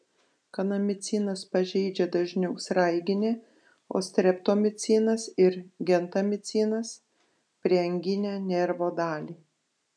kanamicinas pažeidžia dažniau sraiginę o streptomicinas ir gentamicinas prieanginę nervo dalį